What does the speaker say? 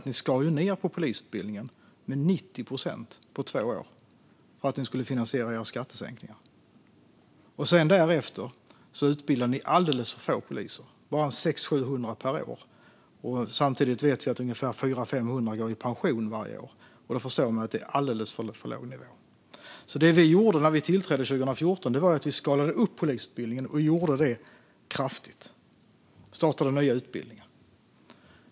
Ni skar ned polisutbildningen med 90 procent på två år för att ni skulle finansiera era skattesänkningar. Därefter utbildade ni alldeles för få poliser - bara 600-700 per år. Samtidigt vet vi att ungefär 400-500 går i pension varje år. Då förstår man att det är en alldeles för låg nivå. Det vi gjorde när vi tillträdde 2014 var att vi skalade upp polisutbildningen och gjorde det kraftigt. Vi startade nya utbildningar.